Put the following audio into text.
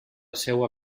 seua